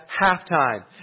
halftime